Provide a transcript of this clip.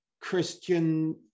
Christian